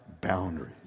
boundaries